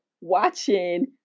watching